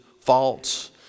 faults